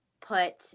put